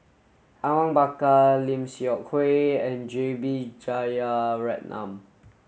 Awang Bakar Lim Seok Hui and J B Jeyaretnam